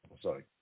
sorry